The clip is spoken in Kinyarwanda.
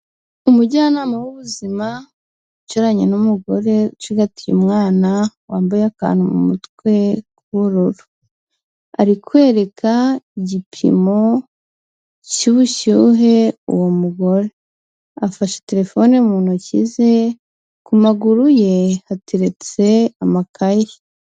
Umujyanama w'ubuzima, wicaranye n'umugore ucigatiye umwana, wambaye akantu mu mutwe, k'ubururu. Ari kwereka igipimo cy'ubushyuhe, uwo mugore. Afashe telefone mu ntoki ze, ku maguru ye hateretse amakaye.